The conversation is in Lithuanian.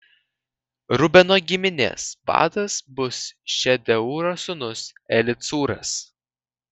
rubeno giminės vadas bus šedeūro sūnus elicūras